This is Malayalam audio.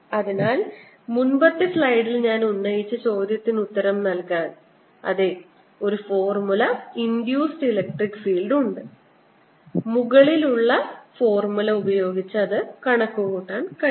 അതിനാൽ മുമ്പത്തെ സ്ലൈഡിൽ ഞാൻ ഉന്നയിച്ച ചോദ്യത്തിന് ഉത്തരം നൽകാൻ അതെ ഒരു ഇൻഡ്യൂസ്ഡ് ഇലക്ട്രിക് ഫീൽഡ് ഉണ്ട് കൂടാതെ മുകളിലുള്ള ഫോർമുല ഉപയോഗിച്ച് അത് കണക്കുകൂട്ടാൻ കഴിയും